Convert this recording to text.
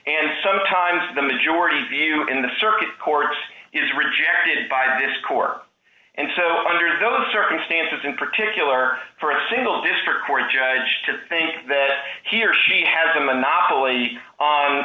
and sometimes the majority view in the circuit court is rejected by this court and so under those circumstances in particular for a single district court judge to think that he or she has a monopoly on